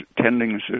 tending